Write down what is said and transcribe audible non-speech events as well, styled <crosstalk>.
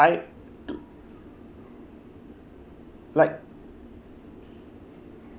I <noise> like